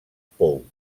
pou